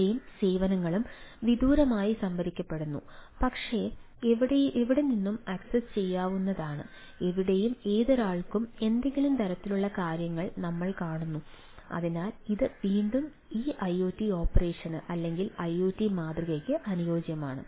ഡാറ്റയും സേവനങ്ങളും വിദൂരമായി സംഭരിക്കപ്പെടുന്നു പക്ഷേ എവിടെനിന്നും ആക്സസ് ചെയ്യാവുന്നതാണ് എവിടെയും ഏതൊരാൾക്കും എന്തെങ്കിലും തരത്തിലുള്ള കാര്യങ്ങൾ ഞങ്ങൾ കാണുന്നു അതിനാൽ ഇത് വീണ്ടും ഈ ഐഒടി ഓപ്പറേഷന് അല്ലെങ്കിൽ ഐഒടി മാതൃകയ്ക്ക് അനുയോജ്യമാണ്